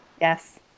Yes